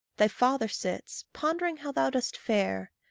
thy father sits, pondering how thou dost fare.